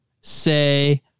say